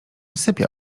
sypia